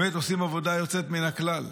באמת עושים עבודה יוצאת מן הכלל.